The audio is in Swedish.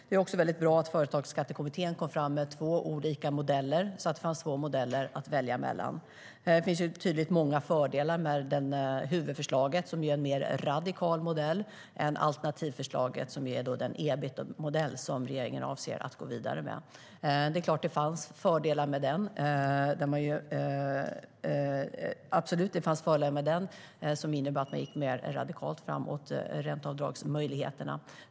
Det är också väldigt bra att Företagsskattekommittén tog fram två olika modeller så att man kunde välja mellan dem. Det finns ju många fördelar med huvudförslaget som är en mer radikal modell än alternativförslaget som är den EBIT-modell som regeringen avser att gå vidare med. Det är klart att det fanns fördelar med den som innebar att man gick mer radikalt framåt med ränteavdragsmöjligheterna.